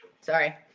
Sorry